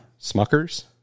smuckers